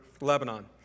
Lebanon